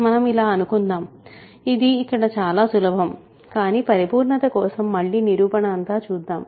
మనం ఇలా అనుకుందాం ఇది ఇక్కడ చాలా సులభం కానీ పరిపూర్ణత కోసం మళ్ళీ నిరూపణ అంతా చూద్దాము